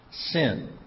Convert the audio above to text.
sin